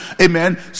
amen